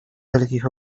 dalekich